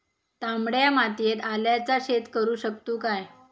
तामड्या मातयेत आल्याचा शेत करु शकतू काय?